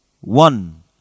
One